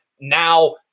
now